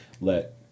let